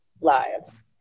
lives